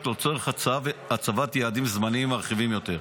לצורך הצבת יעדים זמניים מרחיבים יותר.